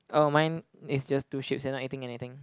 oh mine is just two ships they're not eating anything